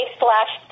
slash